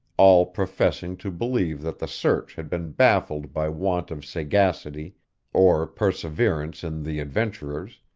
all professing to believe that the search had been baffled by want of sagacity or perseverance in the adventurers,